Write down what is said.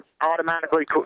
automatically